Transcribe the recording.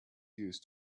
used